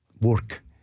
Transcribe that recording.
work